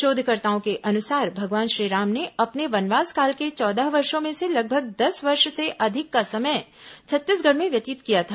शोधकर्ताओं के अनुसार भगवान श्रीराम ने अपने वनवास काल के चौदह वर्षो में से लगभग दस वर्ष से अधिक का समय छत्तीसगढ़ में व्यतीत किया था